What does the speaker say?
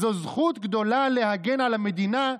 זו זכות גדולה להגן על המדינה,